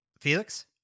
Felix